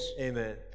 Amen